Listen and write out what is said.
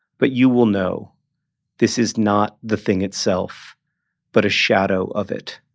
but you will know this is not the thing itself but a shadow of it.